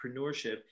entrepreneurship